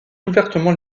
ouvertement